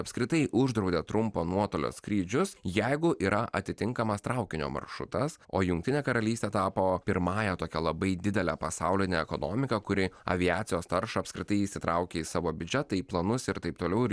apskritai uždraudė trumpo nuotolio skrydžius jeigu yra atitinkamas traukinio maršrutas o jungtinė karalystė tapo pirmąja tokia labai didele pasauline ekonomika kuri aviacijos taršą apskritai įsitraukė į savo biudžetą į planus ir taip toliau ir